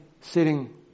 sitting